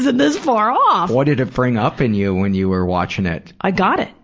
this far off. what did it bring up in you when you were watching it? i got it.